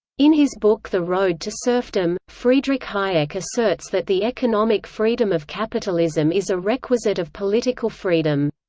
in his book the road to serfdom, friedrich hayek asserts that the economic freedom of capitalism is a requisite of political freedom.